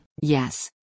Yes